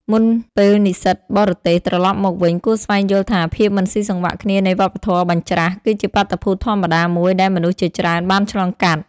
មុនពេលនិស្សិតបរទេសត្រឡប់មកវិញ គួរស្វែងយល់ថាភាពមិនស៊ីសង្វាក់គ្នានៃវប្បធម៌បញ្ច្រាស គឺជាបាតុភូតធម្មតាមួយដែលមនុស្សជាច្រើនបានឆ្លងកាត់។